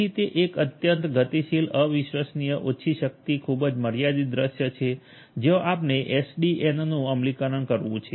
તેથી તે એક અત્યંત ગતિશીલ અવિશ્વસનીય ઓછી શક્તિ ખૂબ જ મર્યાદિત દૃશ્ય છે જ્યાં આપણે એસડીએનનુ અમલીકરણ કરવુ છે